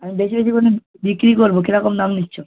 আমি বেশি বেশি করে বিক্রি করব কিরকম দাম নিচ্ছ